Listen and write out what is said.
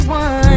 one